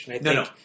no